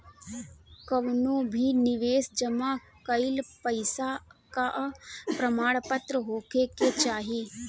कवनो भी निवेश जमा कईल पईसा कअ प्रमाणपत्र होखे के चाही